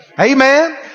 Amen